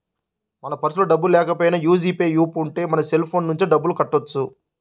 మన పర్సులో డబ్బుల్లేకపోయినా యీ జీ పే యాప్ ఉంటే మన సెల్ ఫోన్ నుంచే డబ్బులు కట్టొచ్చు